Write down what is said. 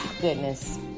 goodness